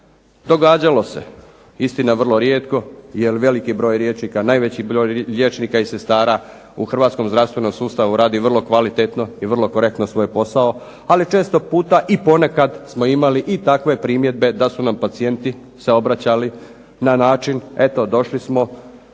Događalo se, istina vrlo rijetko jer velik je broj liječnika, najveći broj liječnika i sestara u hrvatskom zdravstvenom sustavu radi vrlo kvalitetno i vrlo korektno svoj posao ali često puta i ponekad smo imali i takve primjedbe da su nam pacijenti se obraćali na način eto došli smo